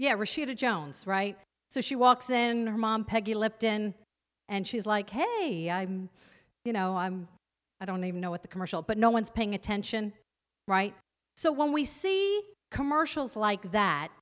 rashida jones right so she walks then her mom peggy lipton and she's like hey i'm you know i'm i don't even know what the commercial but no one's paying attention right so when we see commercials like that